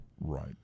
Right